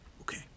Okay